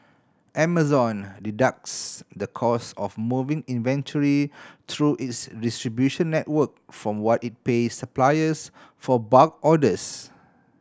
Amazon deducts the cost of moving inventory through its distribution network from what it pays suppliers for bulk orders